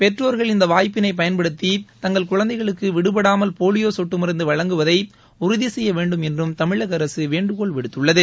பெற்றோர்கள் இந்த வாய்ப்பினை பயன்படுத்தி தங்கள் குழந்தைகளுக்கு விடுபடாமல் போலியோ சொட்டு மருந்து வழங்குவதை உறுதி செய்ய வேண்டும் என்றும் தமிழக அரசு வேண்டுகோள் விடுத்துள்ளது